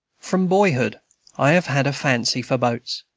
from boyhood i have had a fancy for boats,